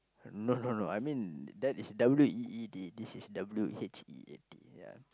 no no no I mean that is W E E D this is W H E A T ya